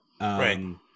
Right